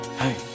hey